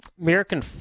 American